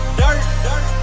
dirt